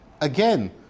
again